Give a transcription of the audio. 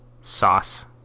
Sauce